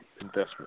investment